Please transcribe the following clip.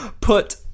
put